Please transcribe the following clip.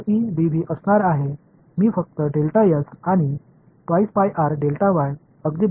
integral க்கப்பட்ட இந்த தொகுதியில் எவ்வளவு சார்ஜ் இணைக்கப்பட்டுள்ளது